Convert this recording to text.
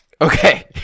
Okay